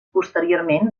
posteriorment